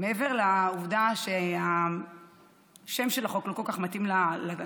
מעבר לעובדה שהשם של החוק לא כל כך מתאים לתוכן,